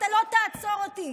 אתה לא תעצור אותי.